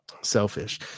selfish